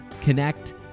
connect